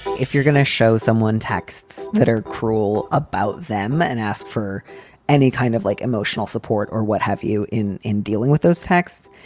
if you're going to show someone texts that are cruel about them and ask for any kind of like emotional support or what have you in in dealing with those texts,